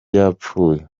yapfuye